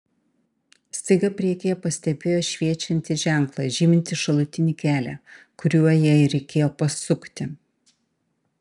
staiga priekyje pastebėjo šviečiantį ženklą žymintį šalutinį kelią kuriuo jai reikėjo pasukti